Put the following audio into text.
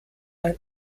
ein